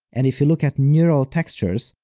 and if you look at neuraltextures,